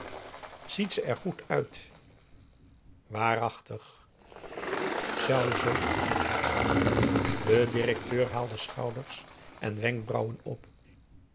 ziet ze er goed uit waarachtig zou ze de directeur haalde schouders en wenkbrauwen op